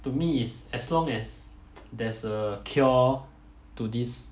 to me is as long as there's a cure to this